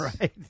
right